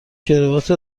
کراوات